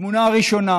תמונה ראשונה